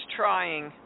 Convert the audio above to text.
trying